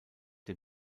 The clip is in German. dem